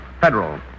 Federal